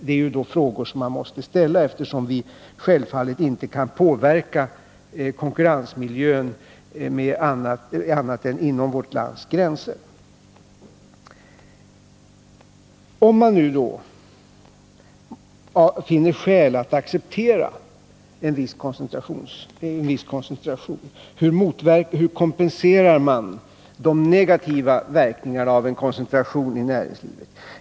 Det är frågor som vi måste ställa, eftersom vi självfallet inte kan påverka konkurrensmiljön annat än inom vårt lands gränser. Om man nu skulle finna skäl för att acceptera en viss koncentration, hur kan man kompensera för de negativa verkningarna av en sådan i näringslivet?